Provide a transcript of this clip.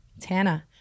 TANA